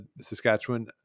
Saskatchewan